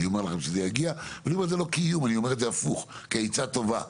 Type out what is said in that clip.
אני אומר את זה כעצה טובה,